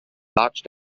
large